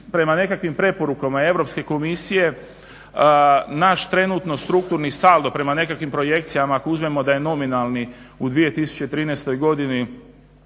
prema nekakvim preporukama Europske komisije, naš trenutno strukturni saldo prema nekakvim projekcijama, ako uzmemo da je nominalni u 2013. godini